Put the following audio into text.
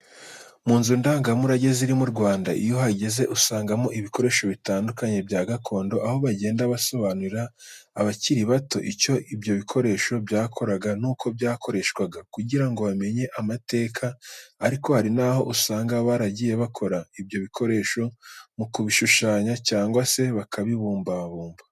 Mu nzu ndangamurage ziri mu Rwanda, iyo uhageze usangamo ibikoresho bitandukanye bya gakondo, aho bagenda basobanurira abakiri bato icyo ibyo bikoresho byakoraga n'uko byakoreshwaga kugira ngo bamenye amateka. Ariko hari naho usanga baragiye bakora ibyo bikoresho mu kubishushanya cyangwa se bakabibumbabumba.